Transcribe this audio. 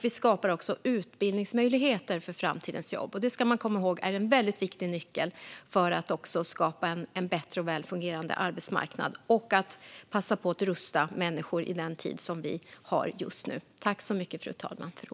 Vi skapar också utbildningsmöjligheter för framtidens jobb. Man ska komma ihåg att detta är en väldigt viktig nyckel för att skapa en bättre och väl fungerande arbetsmarknad. Det gäller också att passa på att rusta människor i den tid som vi har just nu.